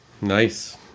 Nice